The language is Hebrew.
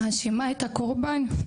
מאשימה את הקורבן,